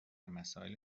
مسائل